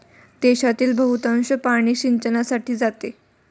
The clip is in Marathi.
देशातील बहुतांश पाणी सिंचनासाठी जाते